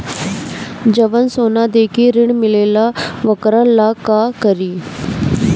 जवन सोना दे के ऋण मिलेला वोकरा ला का करी?